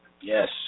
Yes